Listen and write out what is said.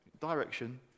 direction